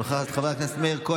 חברת הכנסת נעמה לזימי,